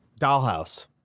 Dollhouse